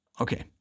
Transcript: Okay